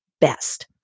best